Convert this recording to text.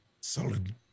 solid